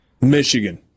Michigan